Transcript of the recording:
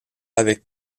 avec